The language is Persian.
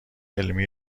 علمی